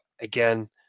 again